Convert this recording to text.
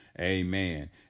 Amen